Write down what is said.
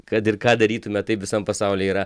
kad ir ką darytume taip visam pasauly yra